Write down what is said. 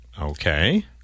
Okay